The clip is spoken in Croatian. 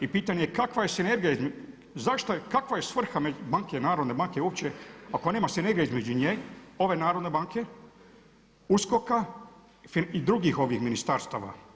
I pitanje je kakva je sinergija, zašto je, kakva je svrha banke, Narodne banke uopće ako nema sinergije između nje, ove Narodne banke, USKOK-a i drugih ministarstava.